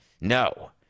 no